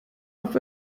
auf